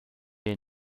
est